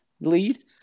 lead